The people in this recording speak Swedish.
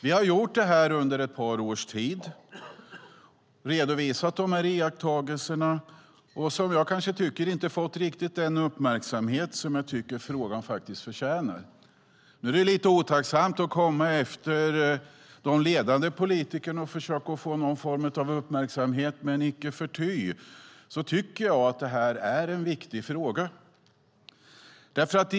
Vi har redovisat de här iakttagelserna under ett par års tid men kanske inte riktigt fått den uppmärksamhet som jag tycker att frågan faktiskt förtjänar. Det är lite otacksamt att försöka få uppmärksamhet direkt efter debatten mellan de ledande politikerna, men icke förty tycker jag att det här är en viktig fråga.